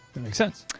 makes sense.